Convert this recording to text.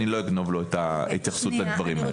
אני לא אגנוב לו את ההתייחסות לדברים האלה.